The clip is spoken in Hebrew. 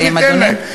נא לסיים, אדוני.